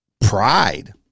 pride